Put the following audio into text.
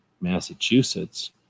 Massachusetts